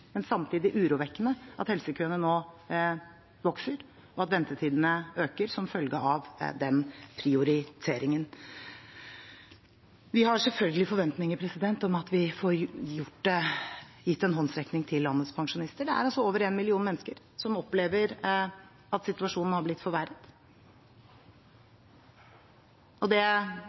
men samtidig urovekkende at helsekøene nå vokser, og at ventetidene øker som følge av den prioriteringen. Vi har selvfølgelig forventninger om at vi får gitt en håndsrekning til landets pensjonister. Det er over én million mennesker som opplever at situasjonen har blitt forverret, og det er